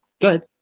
good